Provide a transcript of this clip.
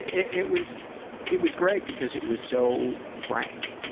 it was it was great because it was so frank.